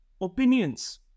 opinions